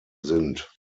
sind